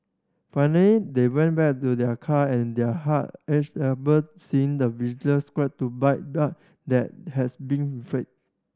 finally they went back to their car and their heart ached upon seeing the scratch to bite that has been inflict